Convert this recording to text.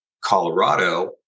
Colorado